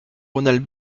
ronald